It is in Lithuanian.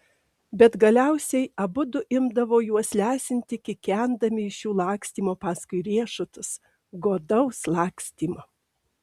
bet galiausiai abudu imdavo juos lesinti kikendami iš jų lakstymo paskui riešutus godaus lakstymo